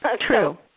True